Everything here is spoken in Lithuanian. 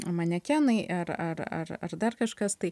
manekenai ar ar ar ar kažkas tai